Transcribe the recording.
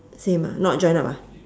same ah not join up ah